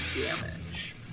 damage